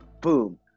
boom